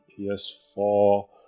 PS4